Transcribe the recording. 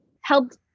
helped